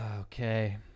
Okay